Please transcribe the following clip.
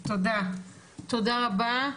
תודה רבה.